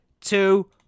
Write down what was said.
two